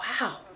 wow